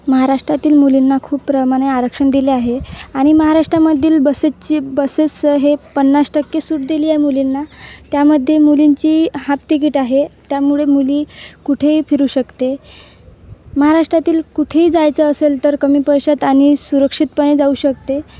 महाराष्ट्रातील मुलींना खूप प्रमाणे आरक्षण दिले आहे आणि महाराष्ट्रामधील बसेसची बसेस हे पन्नास टक्के सूट दिली आहे मुलींना त्यामध्ये मुलींची हाफ तिकीट आहे त्यामुळे मुली कुठेही फिरू शकते महाराष्ट्रातील कुठेही जायचं असेल तर कमी पैशात आणि सुरक्षितपणे जाऊ शकते